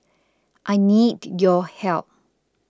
I need your help